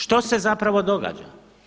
Što se zapravo događa?